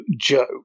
Joe